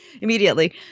Immediately